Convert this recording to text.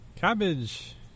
Cabbage